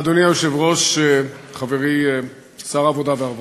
אדוני היושב-ראש, חברי שר העבודה והרווחה,